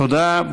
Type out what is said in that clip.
תודה.